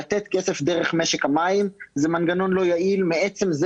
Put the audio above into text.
לתת כסף דרך משק המים זה מנגנון לא יעיל מעצם זה